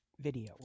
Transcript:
video